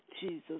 Jesus